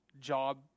job